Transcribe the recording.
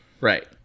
Right